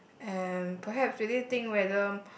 and perhaps really think whether